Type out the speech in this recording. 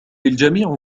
الجميع